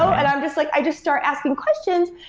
i'm just like i just start asking questions,